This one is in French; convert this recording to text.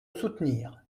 soutenir